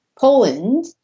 Poland